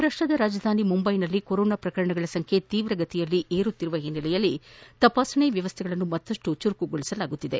ಮಹಾರಾಷ್ಟದ ರಾಜಧಾನಿ ಮುಂಬೈನಲ್ಲಿ ಕೊರೊನಾ ಪ್ರಕರಣಗಳ ಸಂಖ್ಯೆ ತೀವ್ರಗತಿಯಲ್ಲಿ ಹೆಚ್ಚಾಗುತ್ತಿರುವ ಹಿನ್ನೆಲೆಯಲ್ಲಿ ತಪಾಸಣೆ ವ್ಯವಸ್ಥೆಗಳನ್ನು ಮತ್ತಷ್ಟು ಚುರುಕುಗೊಳಿಸಲಾಗಿದೆ